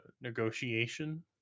negotiation